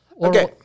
Okay